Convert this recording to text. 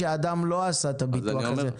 כשאדם לא עשה את ביטוח הזה.